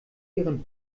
ihren